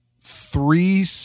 three